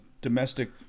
Domestic